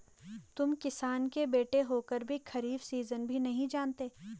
तुम किसान के बेटे होकर भी खरीफ सीजन भी नहीं जानते